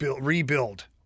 rebuild